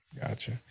Gotcha